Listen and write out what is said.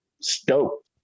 stoked